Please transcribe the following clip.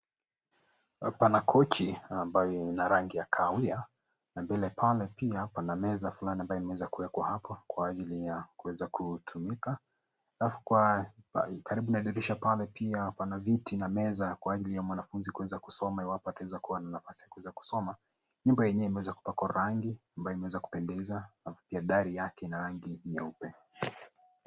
Hapa pana kochi ambayo ina rangi ya kawia. Na mbele pale pia pana meza fulani ambayo imeweza kuwekwa hapa kwa ajili ya kuweza kutumika. Halafu karibu na dirisha pale pia pana viti na meza kwa ajili ya mwanafunzi kuweza kusoma iwapo ataweza kuwa na nafasi ya kuweza kusoma. Nyumba yenyewe imeweza kupakwa rangi ambayo imeweza kupendeza, halafu pia dari yake ina rangi nyeupe.